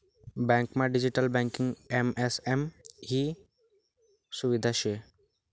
बँकमा digital banking MSME सुविधा शे